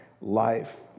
life